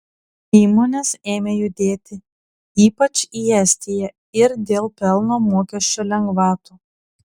įmonės ėmė judėti ypač į estiją ir dėl pelno mokesčio lengvatų